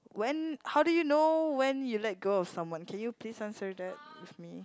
when how do you know when you let go of someone can you please answer that with me